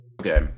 okay